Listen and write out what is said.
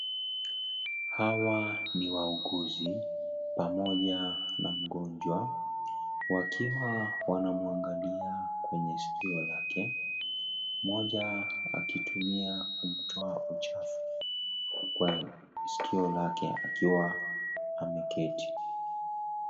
Hawa ni wauguzi pamoja na mgonjwa wakiwa wanamwangalia kwenye sikio lake mmoja akitumia kumtoa uchafu kwa sikio lake akiwa ameketi.